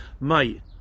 mate